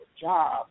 job